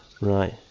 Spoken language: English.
right